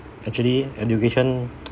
actually education